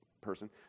person